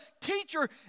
teacher